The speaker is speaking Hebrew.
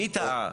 מי טעה?